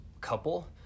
couple